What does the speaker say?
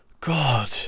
god